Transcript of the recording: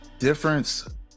difference